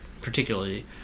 particularly